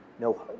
No